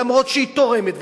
וגם תורמת,